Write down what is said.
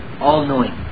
all-knowing